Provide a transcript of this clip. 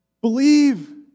Believe